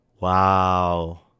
wow